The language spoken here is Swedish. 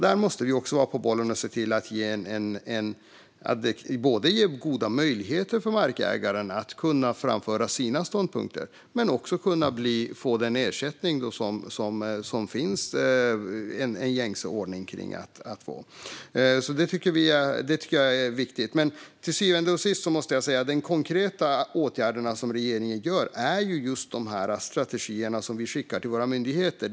Där måste vi vara på bollen och se till att ge goda möjligheter för markägaren att framföra sina ståndpunkter och få ersättning i enlighet med gängse ordning. Det tycker jag är viktigt. Till syvende och sist måste jag säga att de konkreta åtgärder som regeringen vidtar är de strategier som vi skickar till våra myndigheter.